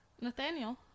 Nathaniel